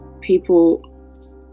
people